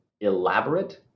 elaborate